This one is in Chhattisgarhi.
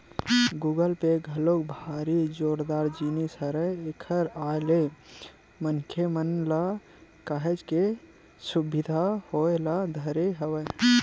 गुगल पे घलोक भारी जोरदार जिनिस हरय एखर आय ले मनखे मन ल काहेच के सुबिधा होय ल धरे हवय